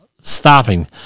stopping